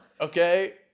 okay